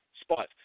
spot